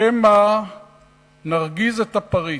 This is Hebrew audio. שמא נרגיז את הפריץ.